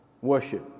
worship